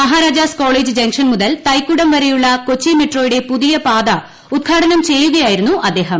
Maharajas college junction മുതൽ തൈക്കൂടം വരെയുള്ള കൊച്ചി മെട്രോയുടെ പുതിയ പാത ഉദ്ഘാടനം ചെയ്യുകയായിരുന്നു അദ്ദേഹം